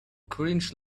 cringe